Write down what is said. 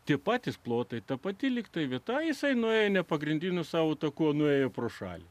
tie patys plotai ta pati likta vieta jisai nuėjo nepagrindinių sau taku nuėjo pro šalį